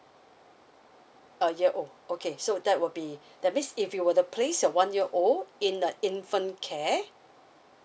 a year old okay so that will be that means if you were to place your one year old in the infant care